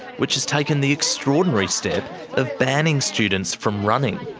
which has taken the extraordinary step of banning students from running.